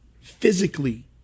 Physically